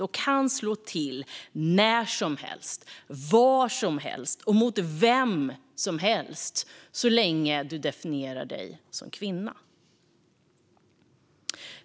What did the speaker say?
Det kan slå till när som helst, var som helst och mot vem som helst - så länge du definierar dig som kvinna.